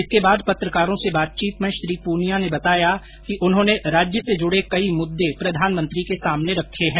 इसके बाद पत्रकारों से बातचीत में श्री पूनिया ने बताया कि उन्होंने राज्य से जुड़े कई मुद्दे प्रधानमंत्री के सामने रखे है